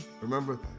Remember